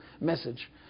message